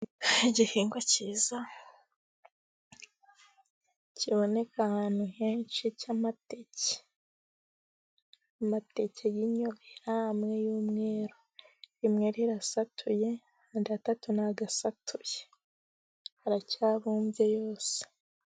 Igihingwa cyiza, kiboneka ahantu henshi cyamateke, amateke y'inyobera amwe y'umweru, rimwe rirasatuye, andi atatu ntabwo asatuye, aracyabumbye yose.